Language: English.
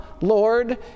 Lord